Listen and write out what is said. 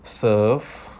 surf